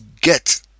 get